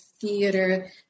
theater